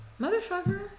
Motherfucker